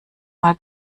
mal